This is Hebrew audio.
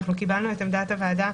קיבלנו את עמדת הוועדה,